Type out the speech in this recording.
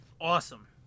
awesome